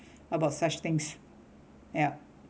about such things ya